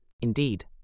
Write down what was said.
Indeed